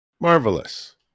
Marvelous